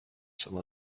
some